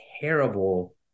terrible